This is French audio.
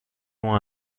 ont